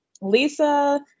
Lisa